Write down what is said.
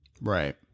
right